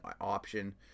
option